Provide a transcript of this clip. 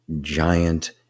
giant